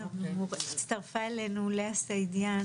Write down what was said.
הצטרפה אלינו לאה סעידיאן.